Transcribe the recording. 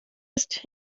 ist